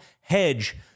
hedge